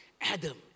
Adam